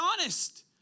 honest